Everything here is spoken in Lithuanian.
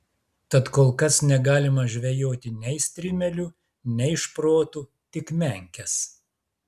tad kol kas negalima žvejoti nei strimelių nei šprotų tik menkes